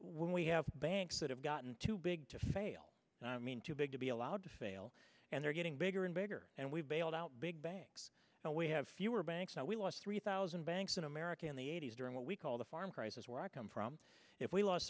when we have banks that have gotten too big to fail and i mean too big to be allowed to fail and they're getting bigger and bigger and we've bailed out big banks and we have fewer banks now we lost three thousand banks in america in the eighty's during what we call the farm crisis where i come from if we lost